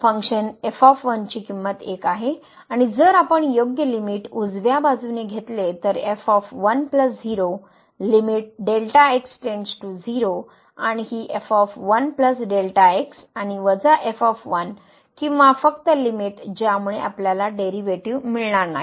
तर फंक्शन ची किंमत 1 आहे आणि जर आपण योग्य लिमिट उजव्या बाजूने घेतली तर f 1 0 लिमिट आणि ही आणि वजा f किंवा फक्त लिमिटज्यामुळे आपल्याला डेरीवेटीव मिळणार नाही